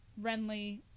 Renly